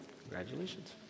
Congratulations